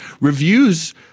Reviews